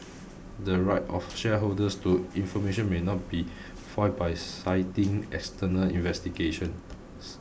the right of shareholders to information may not be foiled by citing external investigations